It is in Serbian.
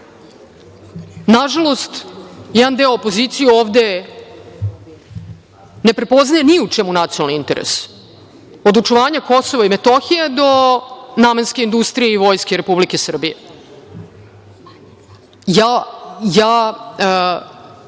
napada. Nažalost, jedan deo opozicije ovde ne prepoznaje ni u čemu nacionalni interes, od očuvanja Kosova i Metohije, do namenske industrije i Vojske Republike Srbije. Ja